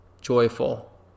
joyful